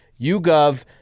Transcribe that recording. YouGov